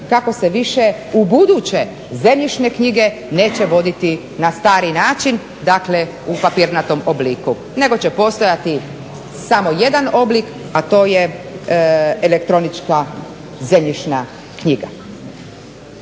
kako se više ubuduće zemljišne knjige neće voditi na stari način, dakle, u papirnatom obliku nego će postojati samo jedan oblik a to je elektronička zemljišna knjiga.